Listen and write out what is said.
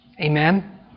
Amen